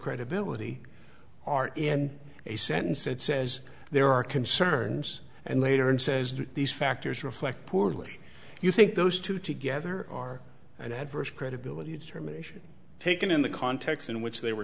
credibility are in a sentence that says there are concerns and later and says do these factors reflect poorly you think those two together are an adverse credibility determination taken in the context in which they were